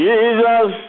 Jesus